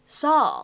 saw